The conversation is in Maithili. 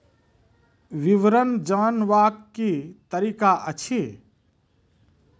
विवरण जानवाक की तरीका अछि?